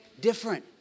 different